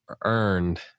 earned